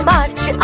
March